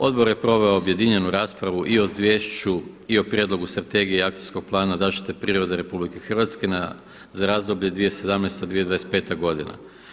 Odbor je proveo objedinjenu raspravu i o Izvješću i o prijedlogu strategije i Akcijskog plana zaštite prirode RH za razdoblje 2017.-2025. godina.